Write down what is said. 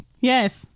Yes